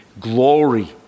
glory